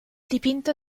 dipinto